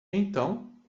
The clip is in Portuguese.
então